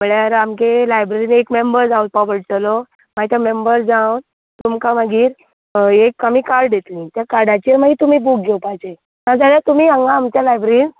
म्हणळ्यार आमगे लायब्ररीन एक मेम्बर जावपा पडटलो मागीर ते मेम्बर जावन तुमकां मागीर एक आमी कार्ड दितली ते कार्डाचेर मागीर तुमी बूक घेवपाचे नाजाल्यार तुमी हांगा आमच्या लायब्ररीन